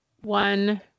one